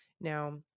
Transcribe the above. Now